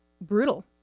brutal